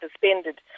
suspended